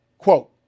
Quote